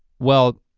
well,